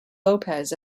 lopez